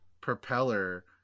propeller